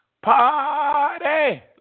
party